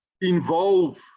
involve